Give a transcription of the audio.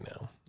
now